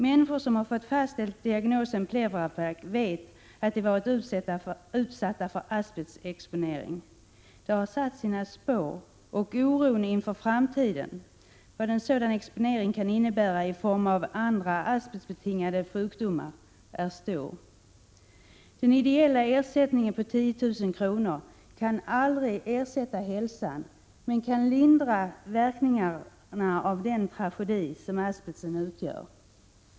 Människor som har fått diagnosen pleuraplack fastställd vet att de varit utsatta för asbestexponering. Det har satt sina spår, och oron inför framtiden för vad en sådan exponering kan innebära i form av andra asbestbetingade sjukdomar är stor. Den ideella ersättningen på 10 000 kr. kan aldrig ersätta hälsan, men kan lindra verkningarna av den tragedi som asbest utgör.